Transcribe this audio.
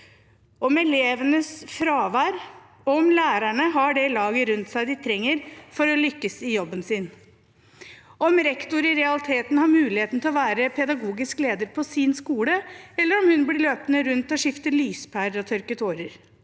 for elevenes fravær og for at lærerne har det laget rundt seg som de trenger for å lykkes i jobben sin. Det handler om hvorvidt rektor i realiteten har muligheten til å være pedagogisk leder på sin skole, eller om hun blir løpende rundt for å skifte lyspærer og tørke tårer.